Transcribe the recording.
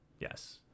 Yes